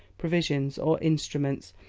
provisions, or instruments,